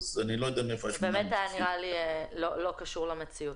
באמת היה נראה לי לא קשור למציאות.